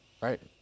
right